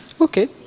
Okay